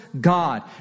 God